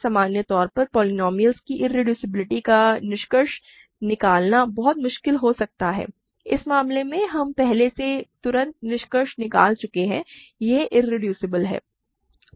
सामान्य तौर पर पोलीनोमिअलस की इररेडूसिबिलिटी का निष्कर्ष निकालना बहुत मुश्किल हो सकता है इस मामले में हम पहले ही तुरंत निष्कर्ष निकाल चुके हैं कि यह इरेड्यूसेबल है